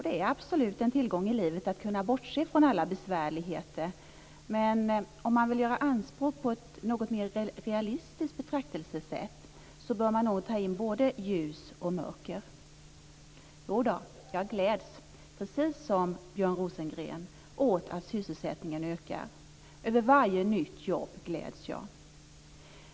Det är absolut en tillgång i livet att kunna bortse från alla besvärligheter, men om man vill göra anspråk på ett något mer realistiskt betraktelsesätt bör man nog ta in både ljus och mörker. Jodå, jag gläds, precis som Björn Rosengren, åt att sysselsättningen ökar. Över varje nytt jobb gläds jag.